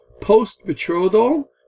post-betrothal